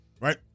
Right